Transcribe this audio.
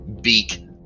beak